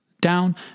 down